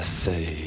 say